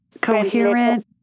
coherent